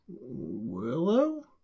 Willow